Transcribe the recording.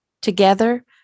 Together